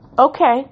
Okay